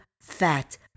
fat